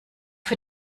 für